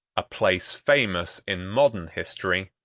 a place famous in modern history,